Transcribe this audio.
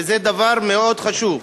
וזה דבר מאוד חשוב.